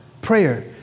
prayer